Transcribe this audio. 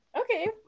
Okay